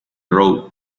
road